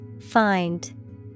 Find